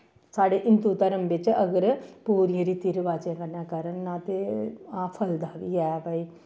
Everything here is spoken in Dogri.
साढ़े हिन्दू धर्म बिच्च अगर पूरियें रिति रवाजें कन्नै करन ते ब्याह् फलदा बी ऐ भाई